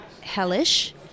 hellish